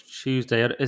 Tuesday